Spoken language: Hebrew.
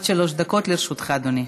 עד שלוש דקות לרשותך, אדוני.